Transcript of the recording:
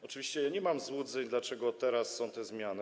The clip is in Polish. Oczywiście ja nie mam złudzeń, dlaczego teraz są te zmiany.